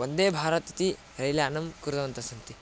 वन्दे भारत् इति रैल् यानं कृतवन्तः सन्ति